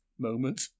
moment